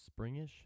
Springish